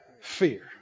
fear